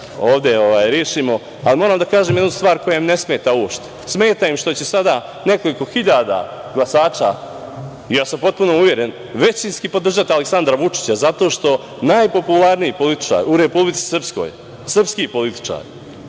ovde rešimo. Moram da kažem jednu stvar koja im ne smeta uopšte. Smeta im što će sada nekoliko hiljada glasača, ja sam potpuno uveren, većinski podržati Aleksandra Vučića, zato što najpopularniji političar u Republici Srpskoj, srpski političar,